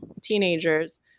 teenagers